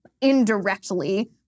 Indirectly